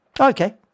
Okay